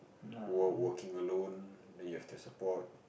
work working alone then you have to support